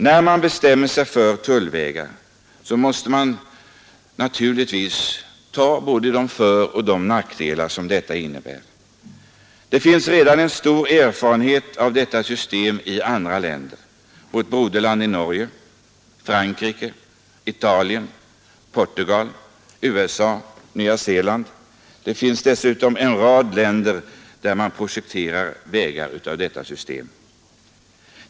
När man bestämmer sig för tullvägar måste man naturligtvis ta både de föroch de nackdelar som detta innebär. Det finns redan en stor erfarenhet av detta system i andra länder: vårt broderland Norge, Frankrike, Italien, Portugal, USA, Nya Zeeland. Det finns dessutom en rad länder där man projekterar vägar efter detta system.